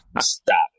stop